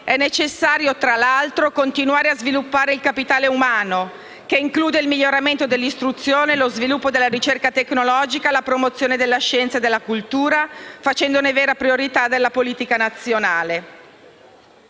è necessario, tra l'altro, continuare a sviluppare il capitale umano che include il miglioramento dell'istruzione, lo sviluppo della ricerca tecnologica, la promozione della scienza e della cultura, facendone vera priorità della politica nazionale.